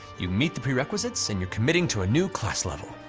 you meet the prerequisites and you're committing to a new class level,